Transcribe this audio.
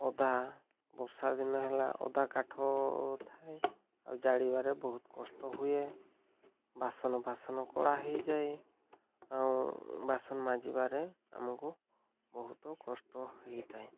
ଅଦା ବର୍ଷା ଦିନ ହେଲା ଅଦା କାଠ ଥାଏ ଆଉ ଜାଳିବାରେ ବହୁତ କଷ୍ଟ ହୁଏ ବାସନ ବାସନ କଳା ହେଇଯାଏ ଆଉ ବାସନ ମାଜିବାରେ ଆମକୁ ବହୁତ କଷ୍ଟ ହେଇଥାଏ